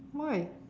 why